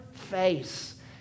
face